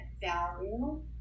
value